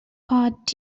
part